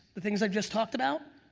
the things i've just talked about?